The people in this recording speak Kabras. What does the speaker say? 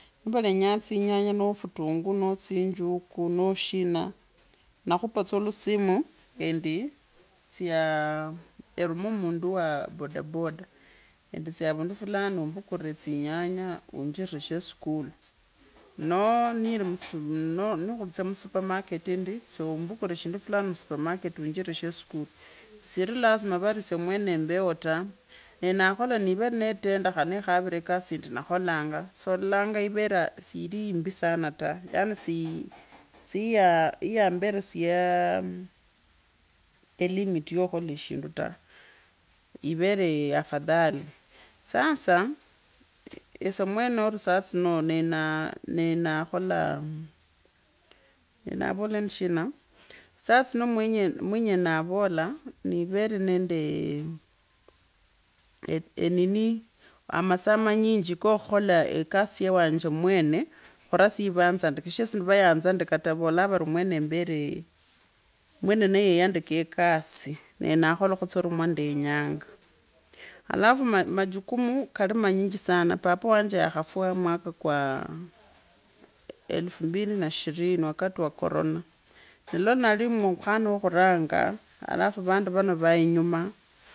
Nivalenyaa tsi nyanja ma futunguu noo tsijuka noo shina nakhupa tsa omuhimu enditsye erume mundu wa boda boda endi tya haundu fulani uambukure tsinyanyawuunjire sheskulu noo niri khuri noo nirikhutsya musupamarket endi tya umbukure shindu fulani musupamarketi waanjiresheskulu siri lasma vari esye mweene mbereo ta nyenakhola niverene tenda khane khawire kasi indi nakholanga so laa ivere aeh si ilii imbisana ta yaani siri yayamberesia aah elimit ya khukhola shinale ta yii vere afadhli sasa esye mwene niri saa tsino ne naa kholaa nee navola endi shina saa tsino niverende enini masaa manyinji kakhukola ekasi yewanje mwene khurasya ya vanzandika ekasi shichira esye sivsganzandike taa. vavolaa vari mwene mbere. mwene neyeyan dika ekasi nee nakholotsa mwandenyaa halafu majukumu kali manejinji sana. papa wanje ya khafwaa omwaka kwa elfu mbili na ishirini wakati wa corona nee mwanali mukhana wa khurenga alafu vendi vano vaa inyumaa